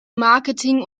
marketing